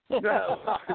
No